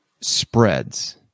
spreads